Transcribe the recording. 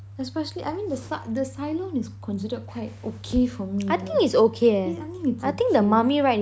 especially I mean the cy~ the Cylon is considered quite okay for me you know I mean I think is okay